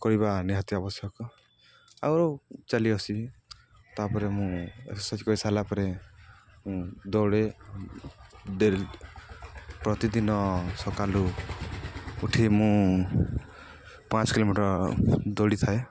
କରିବା ନିହାତି ଆବଶ୍ୟକ ଆଗରୁ ଚାଲି ଆସିବି ତା'ପରେ ମୁଁ ଏକ୍ସରସାଇଜ୍ କରିସାରିଲା ପରେ ମୁଁ ଦୌଡ଼େ ଡେଲି ପ୍ରତିଦିନ ସକାଳୁ ଉଠି ମୁଁ ପାଞ୍ଚ କିଲୋମିଟର୍ ଦୌଡ଼ିଥାଏ